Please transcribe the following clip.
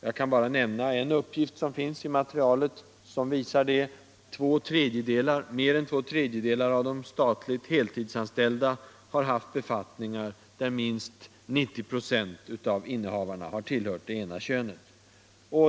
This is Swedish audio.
Jag kan bara nämna en uppgift som finns i materialet och som visar hur det förhåller sig. Mer än två tredjedelar av de statligt heltidsanställda har haft befattningar där minst 90 "5 av innehavarna tillhört det ena könet.